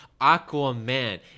Aquaman